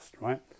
right